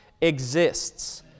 exists